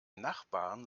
nachbarn